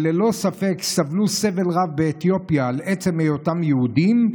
שללא ספק סבלו סבל רב באתיופיה על עצם היותם יהודים,